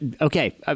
okay